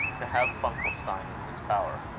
to have funkelstein in his power.